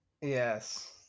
yes